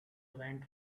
went